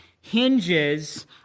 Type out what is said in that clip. hinges